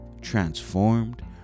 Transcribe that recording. transformed